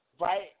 right